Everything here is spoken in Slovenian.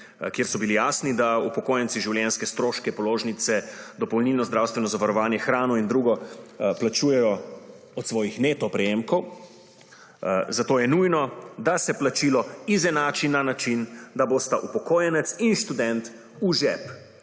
kjer so bili jasni, da upokojenci življenjske stroške, položnice, dopolnilno zdravstveno zavarovanje, hrano in drugo, plačujejo od svojih neto prejemkov, zato je nujno, da se plačilo izenači na način, da bosta upokojenec in študent v žep